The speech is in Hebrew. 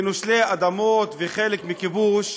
ומנשלים מאדמות וחלק מכיבוש,